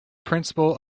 principle